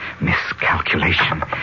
miscalculation